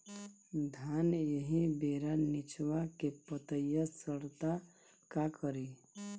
धान एही बेरा निचवा के पतयी सड़ता का करी?